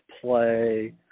play